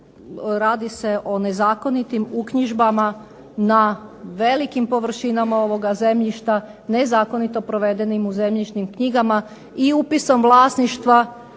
radi se o nezakonitim uknjižbama na velikim površinama ovoga zemljišta nezakonito provedenim u zemljišnim knjigama i upisom vlasništva